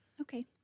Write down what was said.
Okay